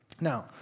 Now